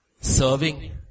Serving